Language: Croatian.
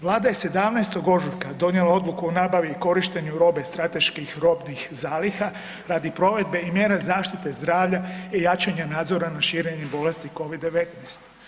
Vlada je 17. ožujka donijela odluku o nabavi i korištenju robe strateških robnih zaliha radi provedbe i mjera zaštite zdravlja i jačanje nadzora nad širenjem bolesti Covid-19.